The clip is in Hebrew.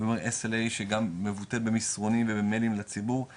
כלומר SLA שגם מבוטאת במסרונים ובמיילים לציבור,